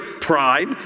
pride